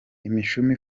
imishumi